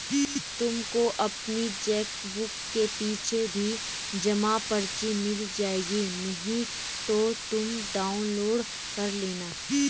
तुमको अपनी चेकबुक के पीछे भी जमा पर्ची मिल जाएगी नहीं तो तुम डाउनलोड कर लेना